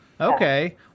Okay